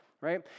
right